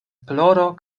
ploro